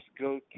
go